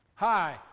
Hi